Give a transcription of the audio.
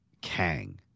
kang